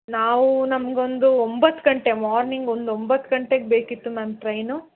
ನಾವು ನಮಗೊಂದು ಒಂಬತ್ತು ಗಂಟೆ ಮಾರ್ನಿಂಗ್ ಒಂದು ಒಂಬತ್ತು ಗಂಟೆಗೆ ಬೇಕಿತ್ತು ಮ್ಯಾಮ್ ಟ್ರೈನು